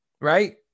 right